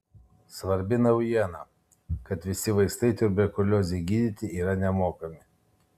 svarbi naujiena kad visi vaistai tuberkuliozei gydyti yra nemokami